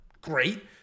great